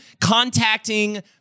contacting